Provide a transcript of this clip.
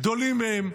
גדולים מהם,